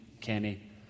Kenny